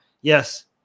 Yes